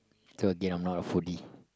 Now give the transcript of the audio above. so ya I'm not a foodie